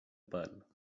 pèl